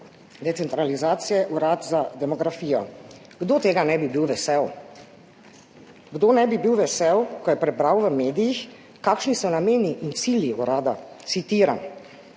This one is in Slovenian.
decentralizacije Urad za demografijo. Kdo tega ne bi bil vesel? Kdo ne bi bil vesel, ko je prebral v medijih, kakšni so nameni in cilji urada? Citiram: